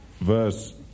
verse